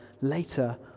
Later